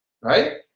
right